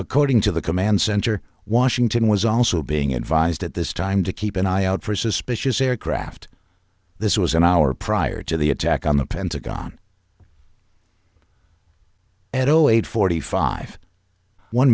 according to the command center washington was also being advised at this time to keep an eye out for suspicious aircraft this was an hour prior to the attack on the pentagon and zero eight forty five one